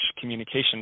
communication